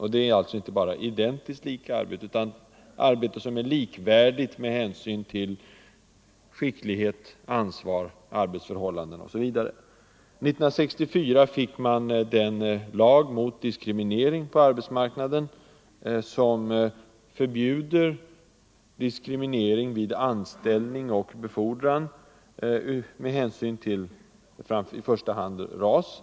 Och det är inte fråga bara om identiskt lika arbete, utan om arbete som är likvärdigt med hänsyn till skicklighet, ansvar, arbetsförhållanden osv. 1964 fick man Civil Rights Act som förbjuder diskriminering vid anställning och befordran med hänsyn till i första hand ras.